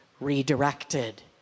redirected